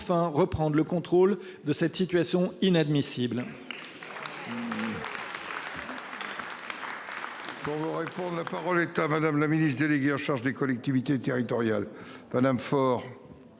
enfin reprendre le contrôle de cette situation inadmissible